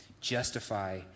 justify